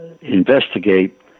investigate